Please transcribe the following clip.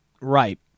Right